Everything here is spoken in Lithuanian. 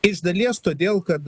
iš dalies todėl kad